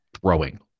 throwing